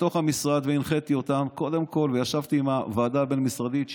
לכן קבעתי בתוך המשרד והנחיתי אותם וישבתי עם הוועדה הבין-משרדית,